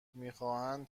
میخواهند